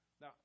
Now